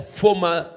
former